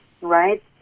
right